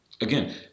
Again